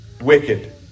wicked